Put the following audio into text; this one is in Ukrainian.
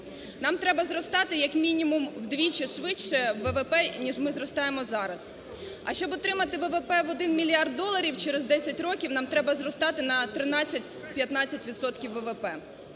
Нам треба зростати, як мінімум, вдвічі швидше ВВП, ніж ми зростаємо зараз. А щоб отримати ВВП в 1 мільярд доларів через 10 років нам треба зростати на 13-15